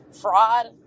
Fraud